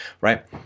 right